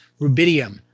rubidium